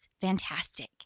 fantastic